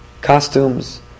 Costumes